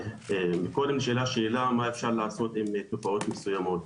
קודם נשאלה שאלה מה אפשר לעשות עם תופעות מסוימות.